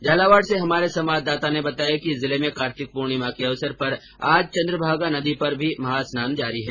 झालावाड़ से हमारे संवाददाता ने बताया कि जिले में कार्तिक पूर्णिमा के अवसर पर आज चन्द्रभागा नदी पर भी महास्नान जारी है